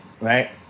right